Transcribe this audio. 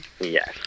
Yes